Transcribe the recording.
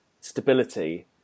stability